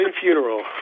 funeral